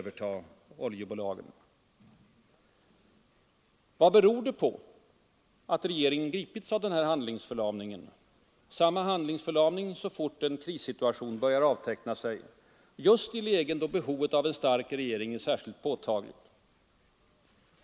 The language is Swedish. Vad beror det på att regeringen gripits av denna handlingsförlamning? Det är samma handlingsförlamning som regeringen grips av så fort en krissituation börjar avteckna sig, just i lägen då behovet av en stark regering är särskilt påtagligt.